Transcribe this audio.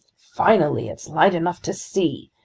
finally! it's light enough to see!